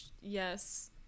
Yes